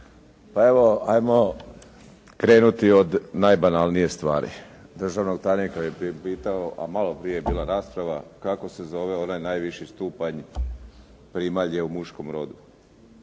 Pa evo, ajmo krenuti od najbanalnije stvari. Državnog tajnika bi priupitao, a malo prije je bila rasprava, kako se zove onaj najviši stupanj primalje u muškom rodu.